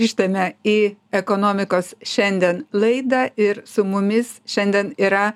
grįžtame į ekonomikos šiandien laidą ir su mumis šiandien yra